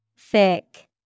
Thick